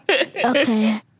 Okay